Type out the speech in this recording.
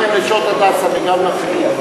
גם עם "נשות הדסה" וגם עם אחרים,